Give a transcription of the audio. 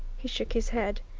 he shook his head.